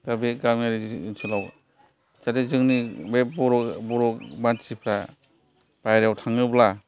दा बे गामियारि ओनसोलाव जाहाथे जोंनि बे बर' मानसिफ्रा बायह्रायाव थांनोब्ला